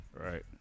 Right